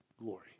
glory